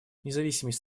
независимость